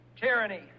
tyranny